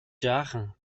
жаахан